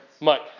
Mike